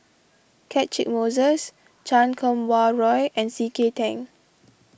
Catchick Moses Chan Kum Wah Roy and C K Tang